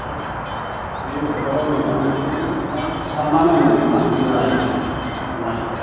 এতিয়া আমি বছৰত মোটামুটি পাঁচ চাৰিমাহ এনেই মাছ কিনিব লাগে তোমাৰ